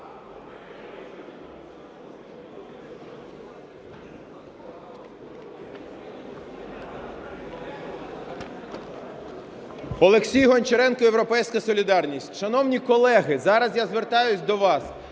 Олексій Гончаренко, "Європейська солідарність". Шановні колеги, зараз я звертаюсь до вас.